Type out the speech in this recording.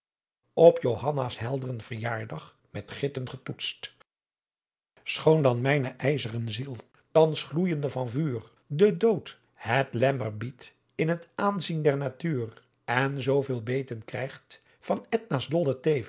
op johanna's helderen verjaardag met gitten getoetst schoon dan mijne ijz're ziel thans gloeijende van vuur de dood het lemmer bied in t aanzien der natuur en zoveel beten krijgt van